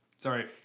Sorry